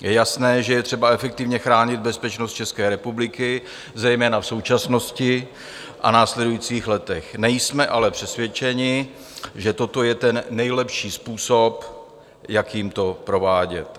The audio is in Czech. Je jasné, že je třeba efektivně chránit bezpečnost České republiky, zejména v současnosti a v následujících letech, nejsme ale přesvědčeni, že toto je ten nejlepší způsob, jakým to provádět.